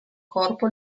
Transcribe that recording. corpo